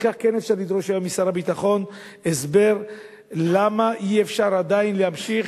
על כך כן אפשר לדרוש היום משר הביטחון הסבר למה אי-אפשר עדיין להמשיך,